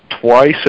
twice